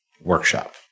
workshop